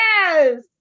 yes